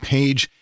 Page